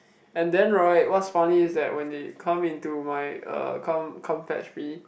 and then right what's funny is that when they come into my er come come fetch me